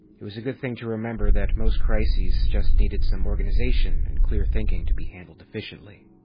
it was a good thing to remember that most crises just needed some organization and clear thinking to be handled efficiently.